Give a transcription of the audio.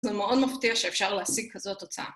זה מאוד מפתיע שאפשר להשיג כזאת תוצאה.